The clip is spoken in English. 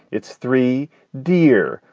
it's three deer.